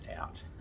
out